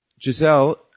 Giselle